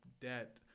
debt